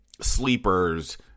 sleepers